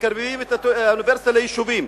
מקרבים את האוניברסיטה ליישובים,